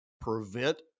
prevent